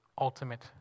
ultimate